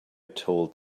told